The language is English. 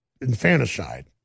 infanticide